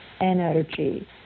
energy